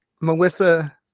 Melissa